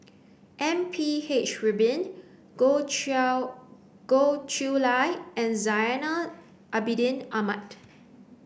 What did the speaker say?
M P H Rubin Goh Goh Chiew Lye and Zainal Abidin Ahmad